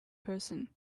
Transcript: person